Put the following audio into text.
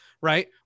right